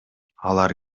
алар